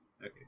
Okay